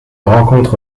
rencontre